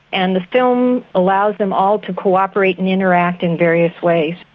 and the film allows them all to co-operate and interact in various ways.